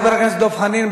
חבר הכנסת דב חנין,